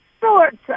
sorts